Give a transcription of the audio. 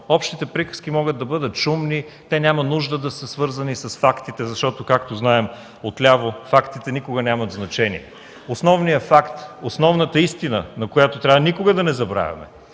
Общите приказки могат да бъдат шумни, те няма нужда да са свързани с фактите, защото, както знаем, отляво фактите никога нямат значение. Основният факт, основната истина, която никога не трябва да забравяме,